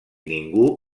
ningú